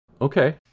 okay